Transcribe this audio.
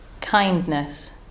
kindness